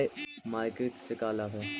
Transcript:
Market से का लाभ है?